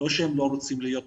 לא שהם לא רוצים להיות מחוברים.